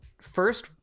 first